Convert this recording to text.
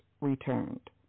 returned